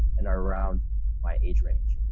and around my age range.